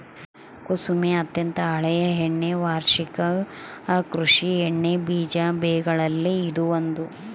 ಕುಸುಮೆ ಅತ್ಯಂತ ಹಳೆಯ ಎಣ್ಣೆ ವಾರ್ಷಿಕ ಕೃಷಿ ಎಣ್ಣೆಬೀಜ ಬೆಗಳಲ್ಲಿ ಇದು ಒಂದು